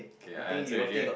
okay I answer already right